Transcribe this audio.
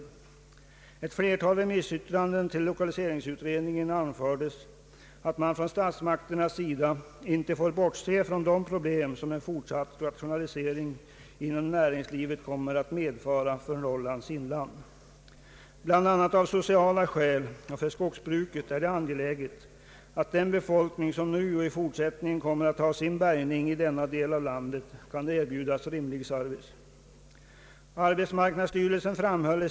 I ett flertal remissyttranden till lokaliseringsutredningen anfördes att statsmakterna inte får bortse från de problem som en fortsatt rationalisering inom näringslivet kommer att medföra för Norrlands inland. Bland annat av sociala skäl och för skogsbruket är det angeläget att den befolkning som nu och i fortsättningen kommer att ha sin bärgning i denna del av landet kan erbjudas rimlig service.